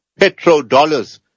petrodollars